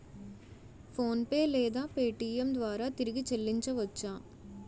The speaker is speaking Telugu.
ఫోన్పే లేదా పేటీఏం ద్వారా తిరిగి చల్లించవచ్చ?